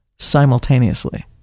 simultaneously